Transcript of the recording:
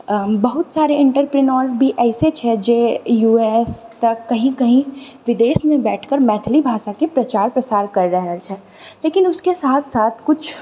बहुत सारे इन्ट्राप्रिन्योर भी एहिसँ छथि जे यू एस पर कही कही विदेशमे बैठि करऽ मैथिली भाषाके प्रचार प्रसार करि रहल छथि लेकिन उसके साथ साथ किछु